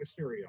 Mysterio